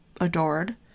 adored